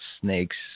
snakes